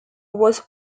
was